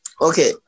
okay